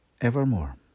evermore